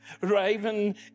Raven